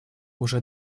уже